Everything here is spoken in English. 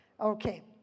Okay